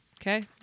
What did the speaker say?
Okay